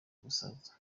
gusaza